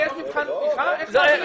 יש מבחן תמיכה שוויוני?